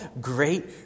great